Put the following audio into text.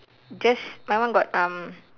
just my one got um